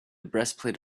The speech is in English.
breastplate